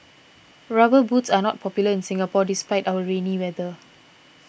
rubber boots are not popular in Singapore despite our rainy weather